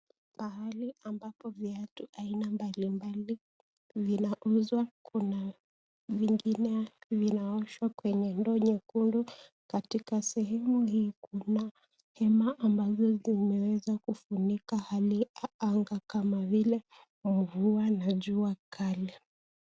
Pahali ambapo viatu aina mbalimbali vinauzwa, kuna vingine vinaoshwa kwenye ndoo nyekundu. Katika sehemu hii kuna hema ambazo zimeweza kufunika hali ya anga kama vile mvua na jua kali.